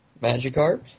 Magikarp